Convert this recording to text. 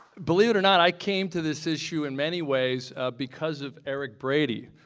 believe it or not, i came to this issue in many ways because of erik brady,